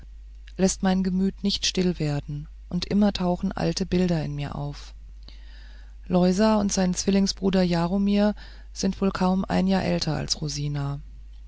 läßt mein gemüt nicht still werden und immer tauchen alte bilder in mir auf loisa und sein zwillingsbruder jaromir sind wohl kaum ein jahr älter als